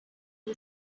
who